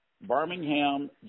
Birmingham